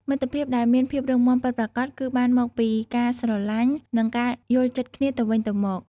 មិត្តភាពដែលមានភាពរឹងមាំពិតប្រាកដគឺបានមកពីការស្រលាញ់និងការយល់ចិត្តគ្នាទៅវិញទៅមក។